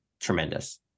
tremendous